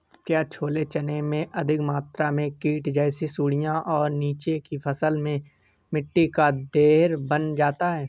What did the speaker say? क्या छोले चने में अधिक मात्रा में कीट जैसी सुड़ियां और नीचे की फसल में मिट्टी का ढेर बन जाता है?